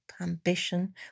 ambition